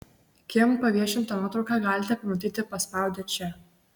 kim paviešintą nuotrauką galite pamatyti paspaudę čia